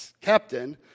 captain